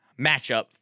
matchup